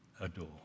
adore